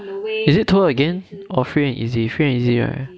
is it tour again or free and easy